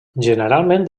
generalment